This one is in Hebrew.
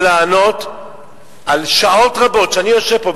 כדי לענות על שעות רבות שאני יושב פה,